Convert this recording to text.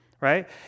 right